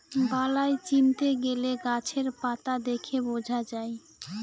বালাই চিনতে গেলে গাছের পাতা দেখে বোঝা যায়